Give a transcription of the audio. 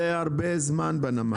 זה הרבה זמן בנמל.